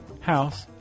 house